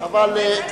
לעשות בוועדה.